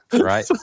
right